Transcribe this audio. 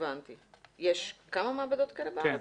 יש כמה מעבדות כאלה בארץ?